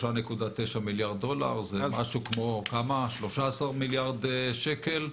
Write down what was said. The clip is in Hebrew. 3.9 מיליארד דולר זה משהו כמו 13 מיליארד שקל.